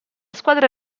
squadra